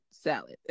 Salad